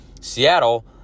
Seattle